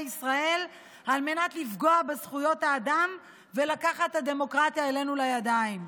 ישראל על מנת לפגוע בזכויות האדם ולקחת הדמוקרטיה אלינו לידיים.